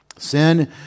Sin